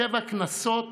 שבע כנסות